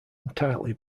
entirely